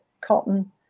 cotton